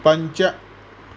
पञ्च